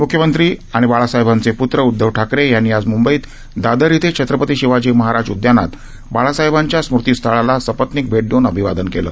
म्ख्यमंत्री आणि बाळासाहेबांचे प्त्र उद्धव ठाकरे यांनी आज म्ंबईत दादर इथे छत्रपती शिवाजी महाराज उद्यानात बाळासाहेबांच्या स्मृतीस्थळाला सपत्निक भेट देऊन अभिवादन केलं